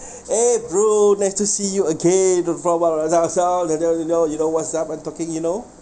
!hey! bro nice to see you again and then you know you know what's up I'm talking you know